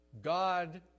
God